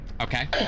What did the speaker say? Okay